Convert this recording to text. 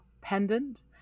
pendant